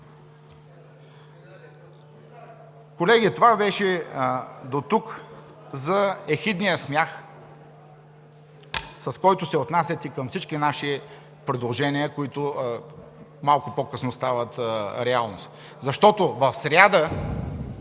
Колеги, това беше дотук за ехидния смях, с който се отнасяте към всички наши предложения, които малко по-късно стават реалност, защото в сряда